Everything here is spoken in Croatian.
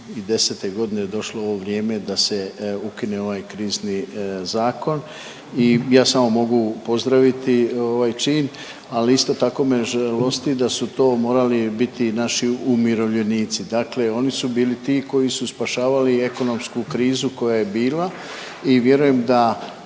2010. godine došlo ovo vrijeme da se ukine ovaj krizni zakon i ja samo mogu pozdraviti ovaj čin, ali isto tako me žalosti da su to morali biti naši umirovljenici. Dakle, oni su bili ti koji su spašavali ekonomsku krizu koja je bila i vjerujem da